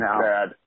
bad